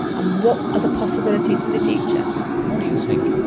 and what are the possibilities for the future. and what do you think?